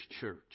church